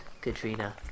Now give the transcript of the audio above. Katrina